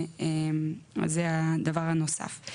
זה הדבר הנוסף.